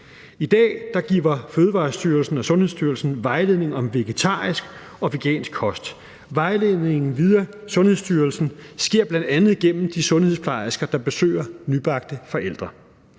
I dag giver Fødevarestyrelsen og Sundhedsstyrelsen vejledning om vegetarisk og vegansk kost. Vejledningen via Sundhedsstyrelsen sker bl.a. gennem de sundhedsplejersker, der besøger nybagte forældre.